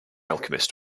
alchemist